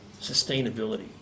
sustainability